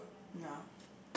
ya